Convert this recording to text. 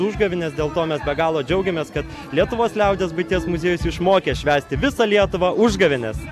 užgavėnes dėl to mes be galo džiaugiamės kad lietuvos liaudies buities muziejus išmokė švęsti visą lietuvą užgavėnes